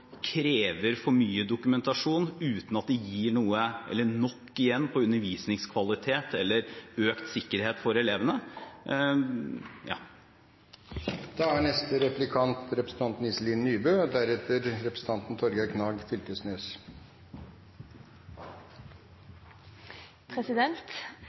krever for mye dokumentasjon, uten at det gir nok igjen når det gjelder undervisningskvalitet eller økt sikkerhet for elevene. Også jeg har lyst til å følge litt opp det som representanten